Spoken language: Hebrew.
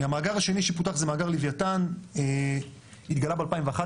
המאגר השני שפותח זה מאגר לוויתן, התגלה ב-2011,